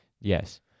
Yes